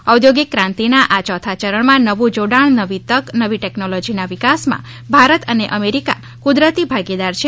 ઔદ્યોગિક ક્રાંતિના આ ચોથા ચરણમાં નવું જોડાણ નવી તક નવી ટેકનોલોજીના વિકાસમાં ભારત અને અમેરિકા કુદરતી ભાગીદાર છે